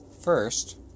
First